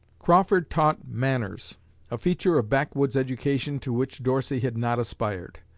crawford taught manners a feature of backwoods education to which dorsey had not aspired.